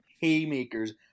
haymakers